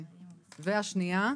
והשנייה?